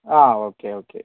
ah okay okay